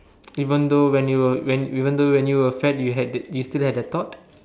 even though when you were when even though when you were fat you had you still had the thought